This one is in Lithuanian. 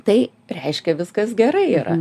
tai reiškia viskas gerai yra